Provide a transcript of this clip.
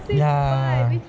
ya